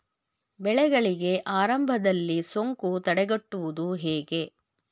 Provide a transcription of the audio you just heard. ಬೆಳೆಗಳಿಗೆ ಆರಂಭದಲ್ಲಿ ಸೋಂಕು ತಡೆಗಟ್ಟುವುದು ಹೇಗೆ?